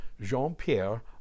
Jean-Pierre